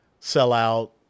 sellout